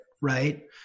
right